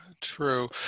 true